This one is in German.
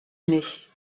nicht